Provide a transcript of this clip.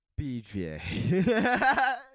BJ